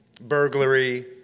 burglary